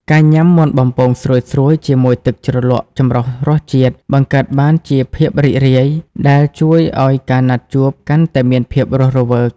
ការញ៉ាំមាន់បំពងស្រួយៗជាមួយទឹកជ្រលក់ចម្រុះរសជាតិ បង្កើតបានជាភាពរីករាយ ដែលជួយឱ្យការណាត់ជួបកាន់តែមានភាពរស់រវើក។